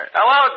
Hello